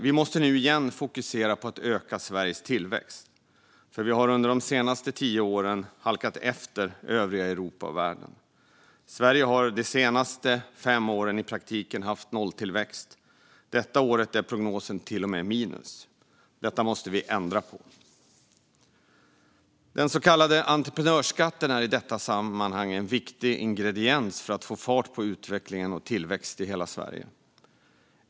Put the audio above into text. Vi måste nu igen fokusera på att öka Sveriges tillväxt, för vi har under de senaste tio åren halkat efter övriga Europa och världen. Sverige har de senaste fem åren i praktiken haft nolltillväxt. Detta år är prognosen till och med minus. Detta måste vi ändra på. Den så kallade entreprenörsskatten är i detta sammanhang en viktig ingrediens för att få fart på utveckling och tillväxt i hela Sverige.